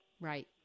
Right